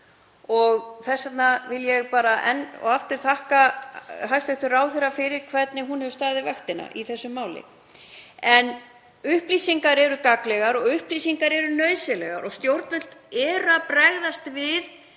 Þess vegna vil ég enn og aftur þakka hæstv. ráðherra fyrir hvernig hún hefur staðið vaktina í þessu máli. Upplýsingar eru gagnlegar og upplýsingar eru nauðsynlegar og stjórnvöld bregðast við,